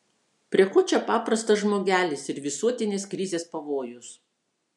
prie ko čia paprastas žmogelis ir visuotinės krizės pavojus